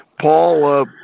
Paul